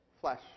flesh